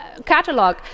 catalog